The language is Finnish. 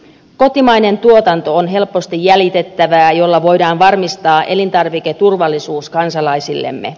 kotimainen tuotanto on helposti jäljitettävää millä voidaan varmistaa elintarviketurvallisuus kansalaisillemme